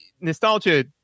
nostalgia